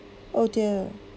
oh dear